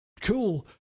cool